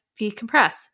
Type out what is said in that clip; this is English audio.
decompress